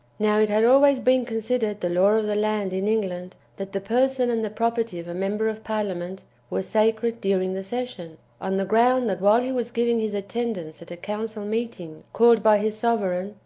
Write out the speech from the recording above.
now it had always been considered the law of the land in england, that the person and the property of a member of parliament were sacred during the session, on the ground that while he was giving his attendance at a council meeting called by his sovereign,